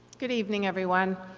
good evening everyone.